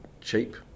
cheap